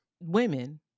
women